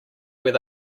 where